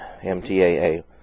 MTAA